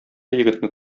егетне